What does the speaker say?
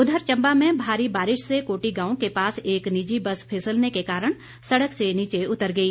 उधर चम्बा में भारी बारिश से कोटी गांव के पास एक निजी बस फिसलने के कारण सड़क से नीचे उतर गई